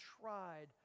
tried